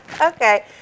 Okay